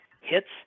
hits